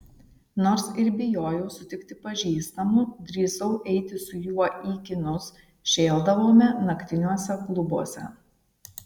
nors ir bijojau sutikti pažįstamų drįsau eiti su juo į kinus šėldavome naktiniuose klubuose